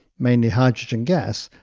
mainly hydrogen gas,